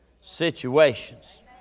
situations